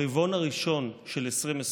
ברבעון הראשון של 2021,